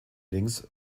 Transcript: links